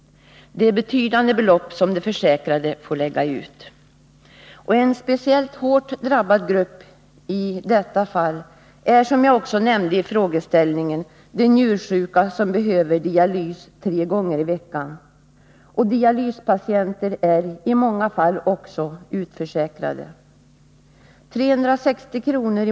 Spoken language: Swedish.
Det är betydande belopp som de försäkrade får lägga ut. En speciellt hårt drabbad grupp är, som jag också nämnde i frågan, de njursjuka som behöver dialys tre gånger i veckan. Och dialyspatienterna är i många fall också utförsäkrade. 360 kr.